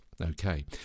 Okay